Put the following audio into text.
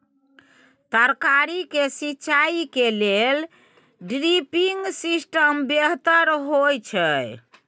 तरकारी के सिंचाई के लेल ड्रिपिंग सिस्टम बेहतर होए छै?